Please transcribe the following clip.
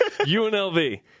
UNLV